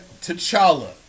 T'Challa